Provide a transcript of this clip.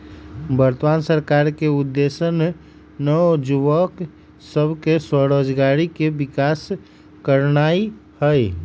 वर्तमान सरकार के उद्देश्य नओ जुबक सभ में स्वरोजगारी के विकास करनाई हई